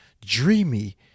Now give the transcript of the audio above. Dreamy